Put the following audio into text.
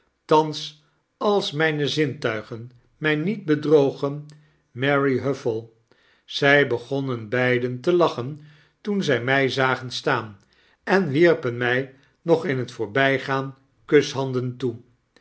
thans als mijne zintuigen mij niet bedrogen mary huffell zy begonnen beiden te lacnen toen zy my zagen staan en wierpen my nog in het voorbygaan kushanden toe